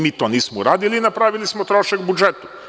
Mi to nismo uradili i napravili smo trošak u budžetu.